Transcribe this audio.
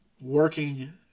Working